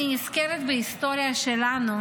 אני נזכרת בהיסטוריה שלנו,